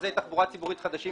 תחבורה ציבורית חדשים.